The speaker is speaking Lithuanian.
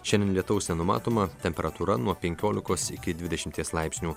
šiandien lietaus nenumatoma temperatūra nuo penkiolikos iki dvidešimties laipsnių